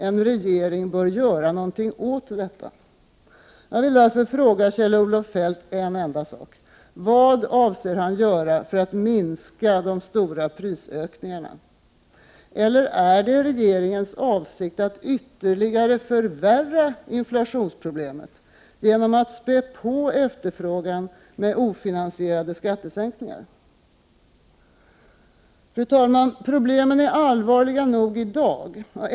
En regering bör göra något åt detta. Fru talman! Problemen är allvarliga nog i dag.